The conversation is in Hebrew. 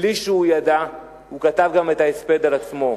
ובלי שהוא ידע הוא כתב גם את ההספד על עצמו.